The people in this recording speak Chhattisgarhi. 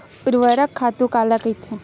ऊर्वरक खातु काला कहिथे?